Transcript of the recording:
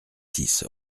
six